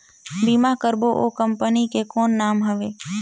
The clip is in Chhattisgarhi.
बीमा करबो ओ कंपनी के कौन नाम हवे?